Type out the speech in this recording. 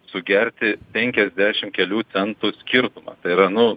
sugerti penkiasdešim kelių centų skirtumą tai yra nu